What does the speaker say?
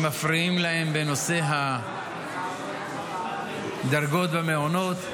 שמפריעים להם בנושא הדרגות במעונות,